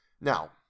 Now